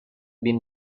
been